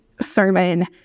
sermon